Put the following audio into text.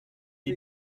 est